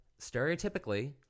stereotypically